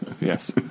Yes